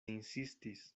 insistis